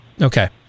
Okay